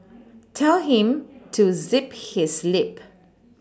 tell him to zip his lip